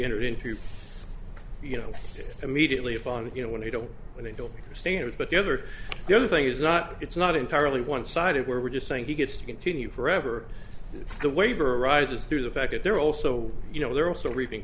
entered into you know immediately upon you know when they don't when they don't understand it but the other thing is not it's not entirely one sided where we're just saying he gets to continue forever the waiver arises through the fact that they're also you know they're also reaping